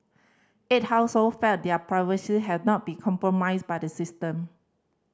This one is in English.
eight household felt their privacy have not become compromised by the system